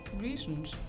reasons